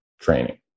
training